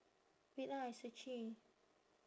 wait lah I searching